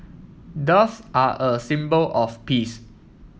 doves are a symbol of peace